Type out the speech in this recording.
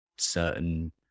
certain